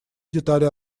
детали